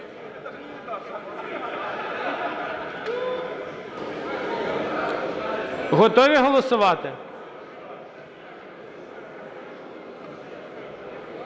Готові голосувати?